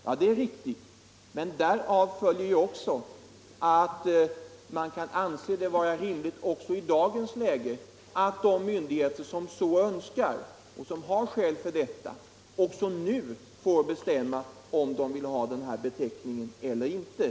Ja, det är riktigt, men därav följer ju att man kan anse det vara rimligt också i dagens läge att de myndigheter som så önskar och som har skäl för detta får bestämma om de vill ha den här beteckningen eller inte.